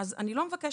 הוא לא יקבל כלום,